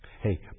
Hey